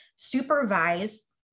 supervise